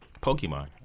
Pokemon